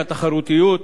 התחרותיות,